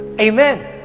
Amen